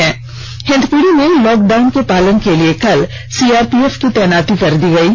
वहीं हिंदपीढ़ी में लॉकडाउन के पालन के लिए कल सीआरपीएफ की तैनाती कर दी गई है